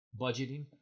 budgeting